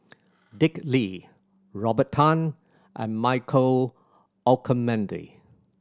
Dick Lee Robert Tan and Michael Olcomendy